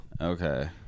Okay